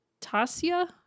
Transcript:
tasia